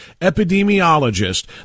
epidemiologist